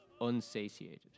unsatiated